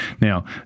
Now